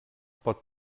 pot